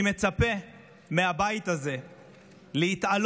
אני מצפה מהבית זה להתעלות,